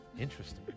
Interesting